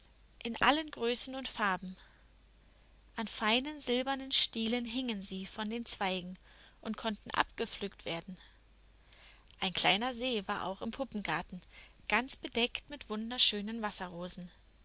in allen größen und farben an feinen silbernen stielen hingen sie von den zweigen und konnten abgepflückt werden ein kleiner see war auch im puppengarten ganz bedeckt mit wunderschönen wasserrosen